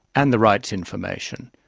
and the rights information.